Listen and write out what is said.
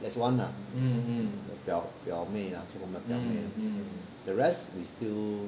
there's one lah 我的表表妹 lah 我们的表妹 the rest we still